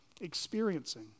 experiencing